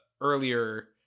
earlier